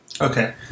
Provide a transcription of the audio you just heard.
Okay